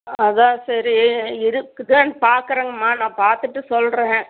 அதான் சரி இருக்குதான்னு பார்க்குறேங்கம்மா நான் பார்த்துட்டு சொல்லுறேன்ங்க